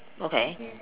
okay